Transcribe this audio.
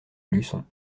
luçon